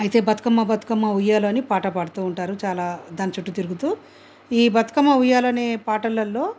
అయితే బతుకమ్మ బతుకమ్మ ఉయ్యాలో అని పాట పాడుతూ ఉంటారు చాలా దాని చుట్టూ తిరుగుతూ ఈ బతుకమ్మ ఉయ్యాలనే పాటలలో